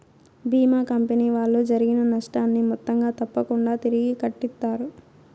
భీమా company వాళ్ళు జరిగిన నష్టాన్ని మొత్తంగా తప్పకుంగా తిరిగి కట్టిత్తారు